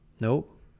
Nope